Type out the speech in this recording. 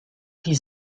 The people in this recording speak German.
die